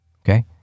okay